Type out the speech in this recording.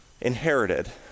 inherited